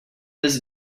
this